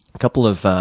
a couple of